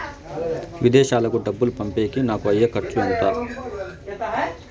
విదేశాలకు డబ్బులు పంపేకి నాకు అయ్యే ఖర్చు ఎంత?